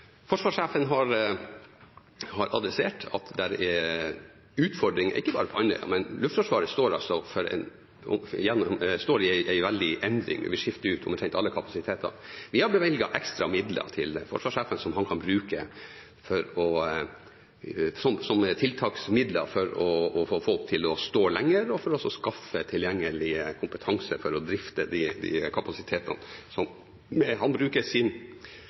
utfordringer ikke bare på Andøya. Luftforsvaret står i en veldig endring og vil skifte ut omtrent alle kapasitetene. Vi har bevilget ekstra midler til forsvarssjefen som han kan bruke som tiltaksmiddel for å få folk til å stå lenger i jobb og for å skaffe tilgjengelig kompetanse for å drifte kapasitetene. Han bruker sin